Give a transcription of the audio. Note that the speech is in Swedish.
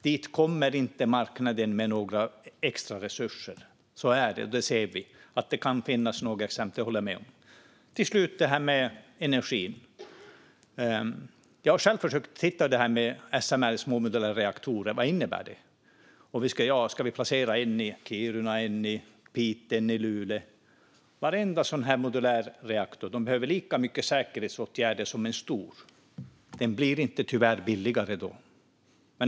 Dit kommer inte marknaden med några extra resurser. Så är det. Det ser vi, även om det kan finnas några exempel. När det handlar om energin har jag själv försökt titta på vad det innebär med SMR, alltså små modulära reaktorer. Ska vi placera en i Kiruna, en i Piteå och en i Luleå? Varenda sådan modulär reaktor behöver lika mycket säkerhetsåtgärder som en stor, och då blir det tyvärr inte billigare.